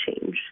change